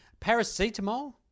Paracetamol